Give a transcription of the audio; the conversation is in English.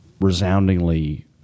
resoundingly